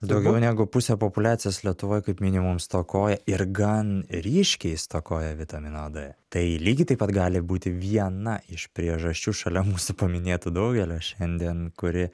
daugiau negu pusė populiacijos lietuvoj kaip minimum stokoja ir gan ryškiai stokoja vitamino d tai lygiai taip pat gali būti viena iš priežasčių šalia mūsų paminėtų daugelio šiandien kuri